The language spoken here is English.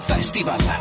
Festival